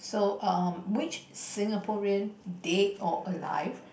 so err which Singaporean dead or alive